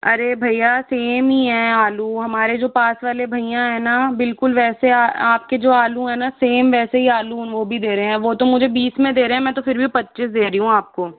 अरे भैया सेम ही है आलू हमारे पास वाले भैया है न बिल्कुल वैसे अ आप के जो आलू है न सेम वैसे ही आलू वह भी दे रहे हैं वह तो मुझे बीस में दे रहे हैं मैं तो फिर भी आपको पच्चीस दे रही हूँ आपको